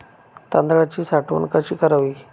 तांदळाची साठवण कशी करावी?